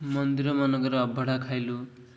ମନ୍ଦିରମାନଙ୍କରେ ଅବଢ଼ା ଖାଇଲୁ